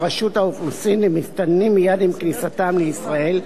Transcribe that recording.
רשות האוכלוסין למסתננים מייד עם כניסתם לישראל,